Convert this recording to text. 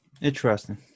interesting